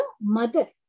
mother